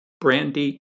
brandy